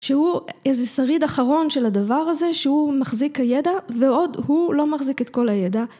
שהוא איזה שריד אחרון של הדבר הזה שהוא מחזיק הידע ועוד הוא לא מחזיק את כל הידע